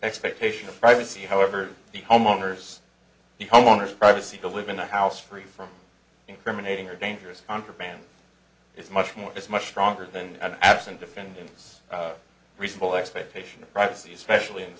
expectation of privacy however the homeowners the homeowner's privacy to live in a house free from incriminating or dangerous contraband is much more is much stronger than an absent defendant's reasonable expectation of privacy especially in